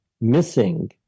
missing